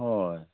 ᱦᱚᱭ